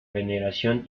veneración